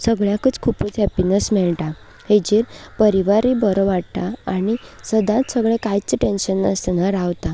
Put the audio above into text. सगळ्यांकूच खुबूच हॅपिनस मेळटा ताजेर परिवारूय बरो वाडटा आनी सदांच सगळें कांयच टेंशन नासतना रावता